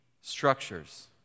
structures